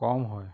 কম হয়